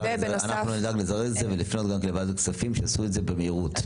אנחנו נדאג לזרז את זה ולפנות גם כן לוועדת הכספים שיעשו את זה במהירות.